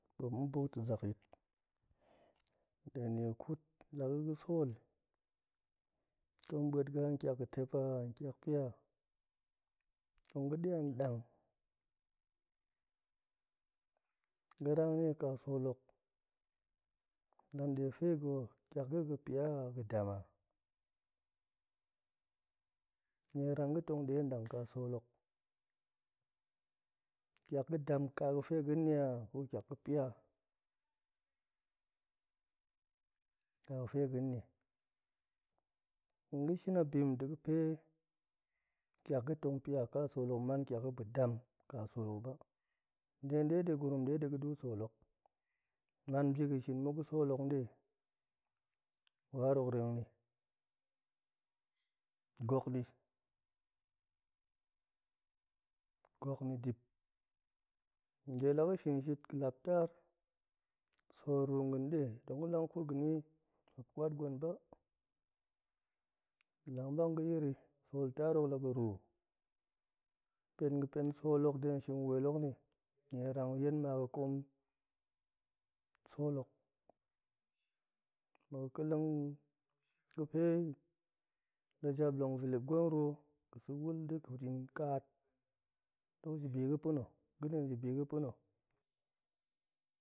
Ɓuop mu buk ta̱ zakyit, de nie kut, la ga̱ ga̱ sool tong buet ga̱ an kiak ga̱ tep a, ƙiak pia, tong ga̱ ɗe an ɗang ga̱ rang nie ƙa sool hok lan ɗe fe ga̱ ho, ƙiak ga̱ ga̱ pia a, ga̱ dam a, nie rang ga̱ tong ɗe an ɗang ƙa sool hok, ƙiak ga̱ dam ƙa ga̱ fe ga̱n ni a ƙo ƙiak ga̱ pia, ƙa ga̱ fe ga̱n ni, tong ga̱ shin a bi ma̱ ta̱ ga̱fe, ƙiak ga̱ tong pia ƙa sool hok man ƙiak ga̱ dam ƙa sool hok ba, nde nɗe ɗi gurum ɗe ɗi ga̱du sool hok, man bi ga̱ shin muk ga̱ sool hok nɗe, waar hok reng ni, gok ɗi-gok ni ɗip, nde la ga̱n shin shit, ga̱ lap taar, sool ruu nga̱n nɗe, tong ga̱ lan kut ga̱ni muop mƙwat gwen ba, ga̱ lang mak ga̱ rir i, sool raar hok la ga̱ ruu, pen ga̱ pen sool hok de nshin wel hok nni, nyerang yen ma ga̱kooom sool hok, ma̱ ga̱ ƙeleng ga̱fe lajap long vilip gwen rwo, ga̱sa̱ will da̱ kut yin ƙaat, dok ji bi ga̱ pa̱na̱, ga̱na̱ ji bi ga̱ pa̱na̱